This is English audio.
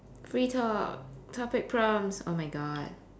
free talk topic prompts oh my god